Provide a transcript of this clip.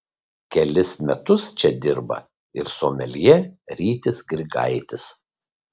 kelis metus čia dirba ir someljė rytis grigaitis